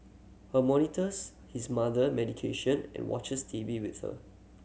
her monitors his mother medication and watches TV with her